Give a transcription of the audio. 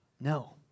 No